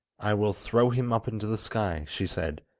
i will throw him up into the sky she said,